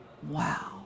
Wow